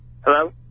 Hello